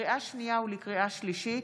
לקריאה השנייה ולקריאה שלישית,